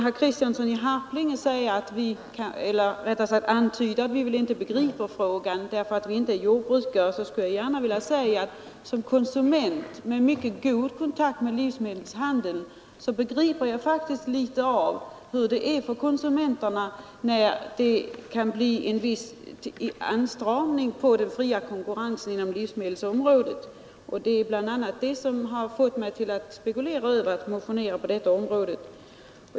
Herr Kristiansson i Harplinge antyder att vi inte begriper frågan därför att vi inte är jordbrukare. Jag skulle gärna vilja säga att som konsument med mycket god kontakt med livsmedelshandeln begriper jag faktiskt litet av hur det är för konsumenterna när det blir en viss åtstramning på den fria konkurrensen inom livsmedelsområdet. Det är bl.a. detta som fått mig att spekulera över att motionera på detta område.